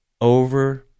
over